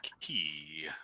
key